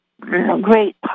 Great